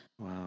Wow